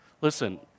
Listen